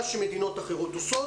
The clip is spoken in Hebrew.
מה שמדינות אחרות עושות,